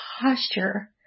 posture